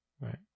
right